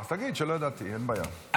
אז תגיד שלא ידעתי, אין בעיה.